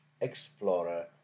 explorer